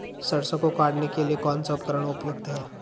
सरसों को काटने के लिये कौन सा उपकरण उपयुक्त है?